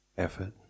effort